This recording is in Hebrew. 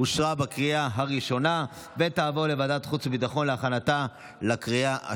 לוועדת החוץ והביטחון נתקבלה.